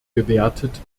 gewertet